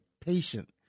patient